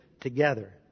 together